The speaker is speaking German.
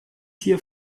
hier